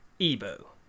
Ebo